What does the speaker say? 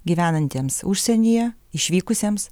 gyvenantiems užsienyje išvykusiems